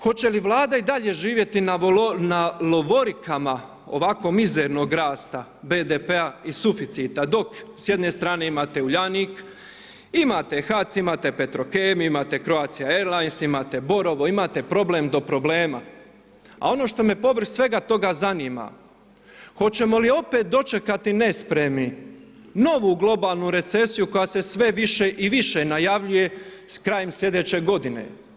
Hoće li Vlada i dalje živjeti na lovorikama ovako mizernog rasta BDP-a i suficita dok sjedne strane imate Uljanik, imate HAC, imate Petrokemiju, imate Croatia Airlines, imate Borovo, imate problem do problema. a ono što me povrh svega toga zanima, hoćemo li opet dočekati nespremni novu globalnu recesiju koja se sve više i više najavljuje s krajem slijedeće godine?